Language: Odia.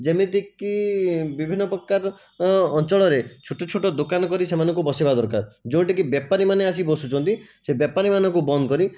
ଯେମିତି କି ବିଭିନ୍ନ ପ୍ରକାର ଅଞ୍ଚଳରେ ଛୋଟ ଛୋଟ ଦୋକାନ କରି ସେମାନଙ୍କୁ ବସେଇବା ଦରକାର ଯେଉଁଠି କି ବେପାରୀମାନେ ଆସି ବସୁଛନ୍ତି ସେ ବେପାରୀମାନଙ୍କୁ ବନ୍ଦ କରି